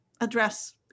address